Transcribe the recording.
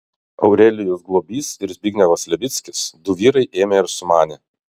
aurelijus globys ir zbignevas levickis du vyrai ėmė ir sumanė